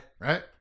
Right